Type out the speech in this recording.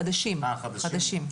חדשים.